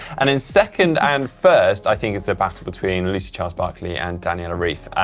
and in second and first, i think it's a battle between lucy charles-barclay and daniela ryf.